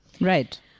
Right